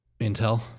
Intel